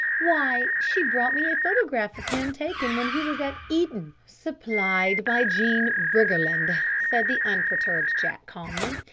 why, she brought me a photograph of him taken when he was at eton. supplied by jean briggerland, said the unperturbed jack calmly,